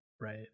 Right